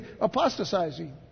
apostatizing